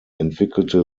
entwickelte